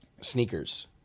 sneakers